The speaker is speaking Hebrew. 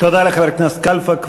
תודה לחבר הכנסת קלפה.